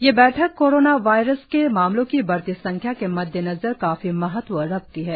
यह बैठक corona virus के मामलों की बढती संख्या के मद्देनजर काफी महत्व रखती है